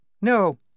No